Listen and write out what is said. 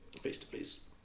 face-to-face